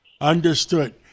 Understood